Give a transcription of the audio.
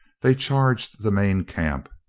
they charged the main camp,